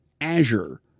Azure